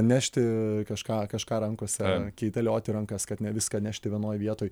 nešti kažką kažką rankose kaitalioti rankas kad ne viską nešti vienoj vietoj